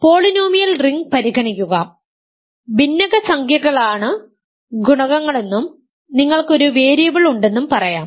ring polynomial ring പരിഗണിക്കുക ഭിന്നകസംഖ്യകളാണ് ഗുണകങ്ങളെന്നും നിങ്ങൾക്ക് ഒരു വേരിയബിൾ ഉണ്ടെന്നും പറയാം